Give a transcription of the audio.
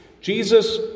Jesus